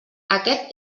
aquest